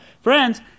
Friends